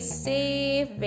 safe